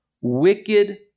wicked